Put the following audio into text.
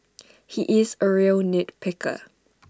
he is A real nit picker